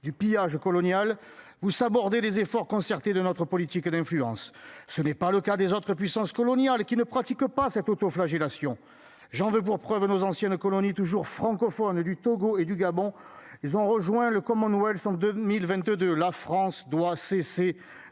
du pillage colonial vous saborder les efforts concertés de notre politique d'influence, ce n'est pas le cas des autres puissances coloniales qui ne pratiquent pas cette auto-flagellation. J'en veux pour preuve nos anciennes colonies, toujours francophones et du Togo et du Gabon. Ils ont rejoint le comment sont 2022 la France doit cesser